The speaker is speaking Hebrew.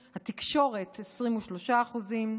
התקשורת, 23%, הכנסת,